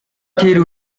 тэр